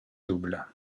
double